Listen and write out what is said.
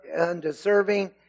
undeserving